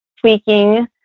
tweaking